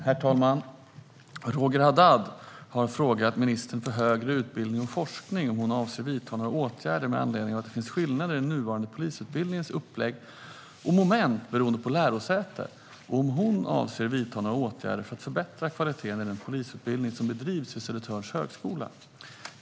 Herr talman! Roger Haddad har frågat ministern för högre utbildning och forskning om hon avser att vidta några åtgärder med anledning av att det finns skillnader i den nuvarande polisutbildningens upplägg och moment beroende på lärosäte, och om hon avser att vidta några åtgärder för att förbättra kvaliteten i den polisutbildning som bedrivs vid Södertörns högskola.